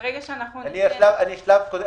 אני בשלב הקודם.